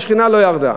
והשכינה לא ירדה.